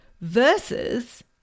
Versus